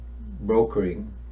brokering